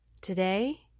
Today